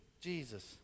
Jesus